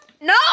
No